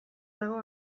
dago